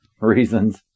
reasons